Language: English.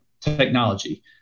technology